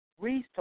resource